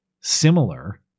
similar